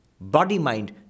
body-mind